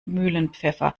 mühlenpfeffer